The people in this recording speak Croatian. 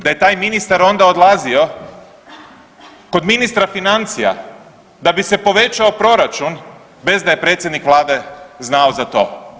Da je taj ministar onda odlazio kod ministra financija da bi se povećao proračun, bez da je predsjednik Vlade znao za to.